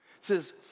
says